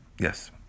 Yes